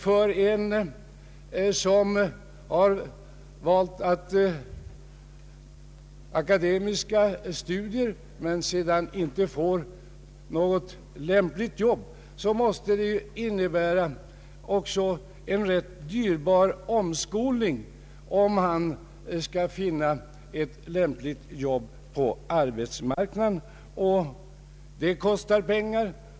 För en person som har valt akademiska studier men sedan inte får något lämpligt jobb måste det ju innebära en rätt dyrbar omskolning, om han skall finna ett jobb på arbetsmarknaden, och det kostar pengar.